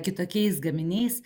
kitokiais gaminiais